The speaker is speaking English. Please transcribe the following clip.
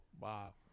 wow